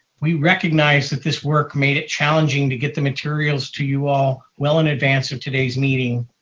we recognize that this work made it challenging to get the materials to you all well in advance of today's meeting.